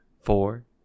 four